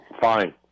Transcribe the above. Fine